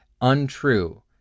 untrue